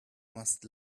must